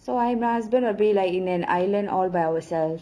so I my husband will be like in an island all by ourselves